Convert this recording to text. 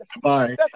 Bye